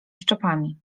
szczepami